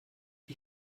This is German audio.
ihr